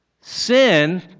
Sin